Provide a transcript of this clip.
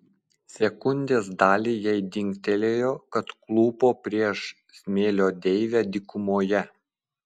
sekundės dalį jai dingtelėjo kad klūpo prieš smėlio deivę dykumoje